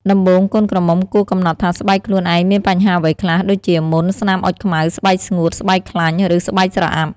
ដំបូង កូនក្រមុំគួរកំណត់ថាស្បែកខ្លួនឯងមានបញ្ហាអ្វីខ្លះ ដូចជា មុន ស្នាមអុចខ្មៅ ស្បែកស្ងួត ស្បែកខ្លាញ់ ឬស្បែកស្រអាប់ ។